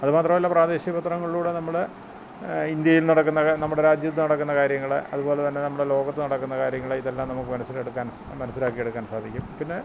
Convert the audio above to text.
അതുമാത്രമല്ല പ്രാദേശിക പത്രങ്ങളിലൂടെ നമ്മുടെ ഇൻഡ്യയിൽ നടക്കുന്ന നമ്മുടെ രാജ്യത്തു നടക്കുന്ന കാര്യങ്ങളെ അതുപോലെതന്നെ നമ്മുടെ ലോകത്ത് നടക്കുന്ന കാര്യങ്ങൾ ഇതെല്ലാം നമുക്ക് മനസ്സിലെടുക്കാൻ മനസ്സിലാക്കിയെടുക്കാൻ സാധിക്കും പിന്നെ